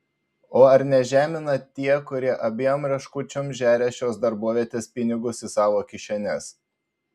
o ar nežemina tie kurie abiem rieškučiom žeria šios darbovietės pinigus į savo kišenes